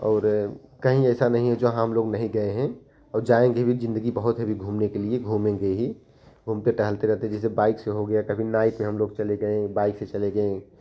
चले गए और कहीं ऐसा नहीं है जो हाँ हम लोग नहीं गए हैं और जाएँगे भी ज़िन्दगी बहुत है अभी घूमने के लिए घूमेंगे ही घूमते टहलते रहते जैसे बाइक से हो गया कभी नाव से हम लोग चले गए बाइक से